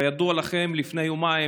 כידוע לכם, לפני יומיים,